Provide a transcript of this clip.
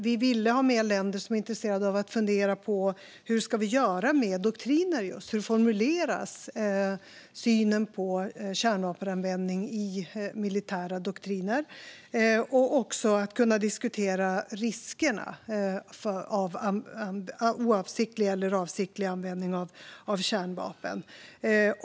Vi ville ha med länder som är intresserade av att fundera på hur vi ska göra med doktriner, hur synen på kärnvapenanvändning formuleras i militära doktriner, och av att diskutera riskerna med oavsiktlig eller avsiktlig användning av kärnvapen.